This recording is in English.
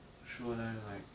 not sure leh like